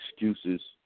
excuses